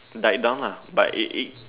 died down lah but it it